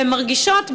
והן מרגישות,